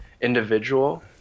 individual